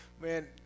Man